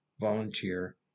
volunteer